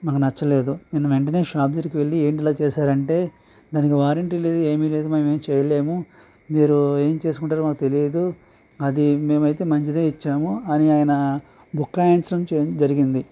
మాకు నచ్చలేదు నేను వెంటనే షాప్ దగ్గరకి వెళ్ళి ఏంటి ఇలా చేశారంటే దానికి వారెంటీ లేదు ఏమీ లేదు మేమేం చేయలేము మీరు ఏం చేసుకుంటారో మాకు తెలియదు అది మేమయితే మంచిదే ఇచ్చాము అని ఆయన భుకాయించడం చే జరిగింది